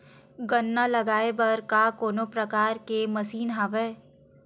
गन्ना लगाये बर का कोनो प्रकार के मशीन हवय?